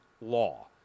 law